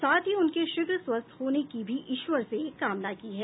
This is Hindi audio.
साथ ही उनके शीघ्र स्वस्थ होने की भी ईश्वर से कामना की है